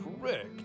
correct